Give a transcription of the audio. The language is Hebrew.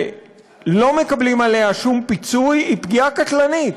שהם לא מקבלים עליה שום פיצוי, היא פגיעה קטלנית.